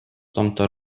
tomto